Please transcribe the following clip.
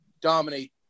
dominate